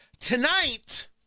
Tonight